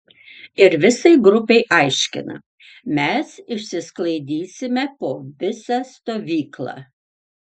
ir visai grupei aiškina mes išsisklaidysime po visą stovyklą